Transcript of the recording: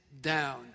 down